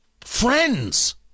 friends